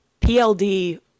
PLD